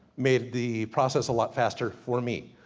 made the process a lot faster for me.